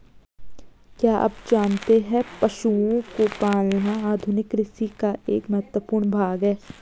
क्या आप जानते है पशुओं को पालना आधुनिक कृषि का एक महत्वपूर्ण भाग है?